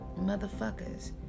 motherfuckers